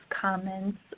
comments